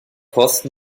kosten